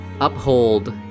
uphold